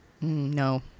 No